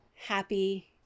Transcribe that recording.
happy